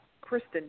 Kristen